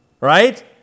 Right